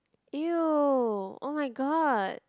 !eww! oh-my-god